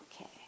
okay